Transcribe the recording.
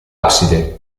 abside